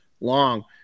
long